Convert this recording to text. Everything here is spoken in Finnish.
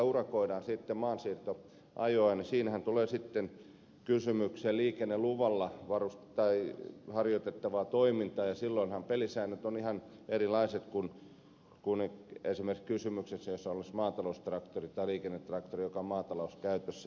siinähän että niillä urakoidaan maansiirtoajoja tulee sitten kysymykseen liikenneluvalla harjoitettava toiminta ja silloinhan pelisäännöt ovat ihan erilaiset kuin silloin jos esimerkiksi kysymyksessä olisi maataloustraktori tai liikennetraktori joka on maatalouskäytössä